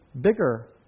bigger